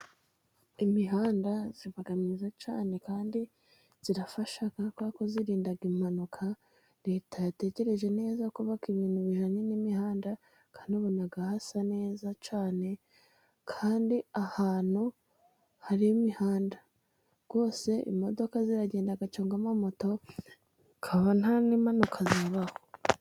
Imihanda iba myiza cyane kandi irafasha kuko irinda impanuka. Leta yatekereje neza kubaka ibintu bijyanye n'imihanda, kandi ubona hasa neza cyane, kandi ahantu hari imihanda rwose imodoka ziragenda, cyangwa ama moto, akaba nta n'impanuka zabaho.